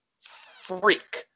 freak